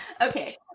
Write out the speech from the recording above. okay